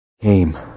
came